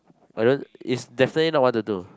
!wah! that one is definitely not one two two